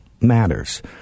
matters